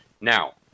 Now